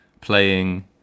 playing